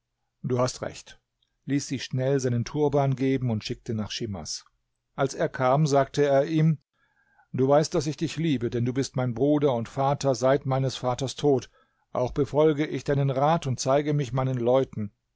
du hast recht ließ sich schnell seinen turban geben und schickte nach schimas als er kam sagte er ihm du weißt daß ich dich liebe denn du bist mein bruder und vater seit meines vaters tod auch befolge ich deinen rat und zeige mich meinen leuten